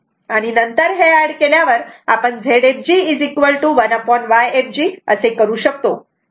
आणि नंतर हे एड केल्यावर आपण Zfg 1Yfg असे करू शकतो